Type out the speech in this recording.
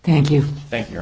thank you thank you